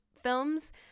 films